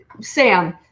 Sam